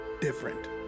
different